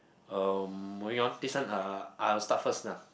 uh moving on this one uh I'll start first lah